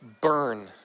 burn